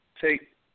take